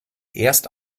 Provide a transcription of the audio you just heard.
erst